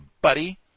buddy